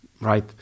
Right